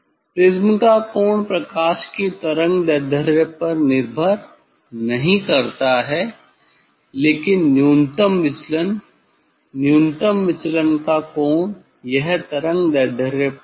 prism का कोण प्रकाश की तरंग दैर्ध्य पर निर्भर नहीं करता है लेकिन न्यूनतम विचलन न्यूनतम विचलन का कोण यह तरंग दैर्ध्य पर निर्भर करता है